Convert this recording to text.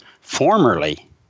Formerly